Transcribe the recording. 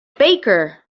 baker